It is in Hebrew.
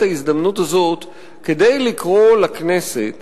את ההזדמנות הזאת כדי לקרוא לכנסת